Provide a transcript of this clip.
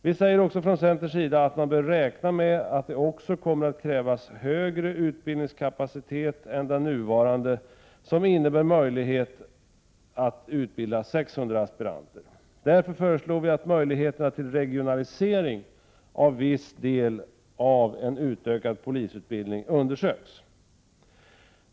Vi säger också från centerns sida att man bör räkna med att det kommer att krävas högre utbildningskapacitet än den nuvarande, som innebär möjlighet att utbilda 600 aspiranter. Därför föreslår vi att möjligheterna till regionalisering av viss del av en utökad polisutbildning undersöks.